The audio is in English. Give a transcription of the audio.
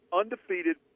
undefeated